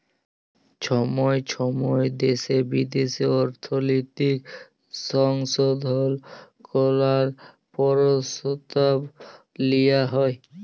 ছময় ছময় দ্যাশে বিদ্যাশে অর্থলৈতিক সংশধল ক্যরার পরসতাব লিয়া হ্যয়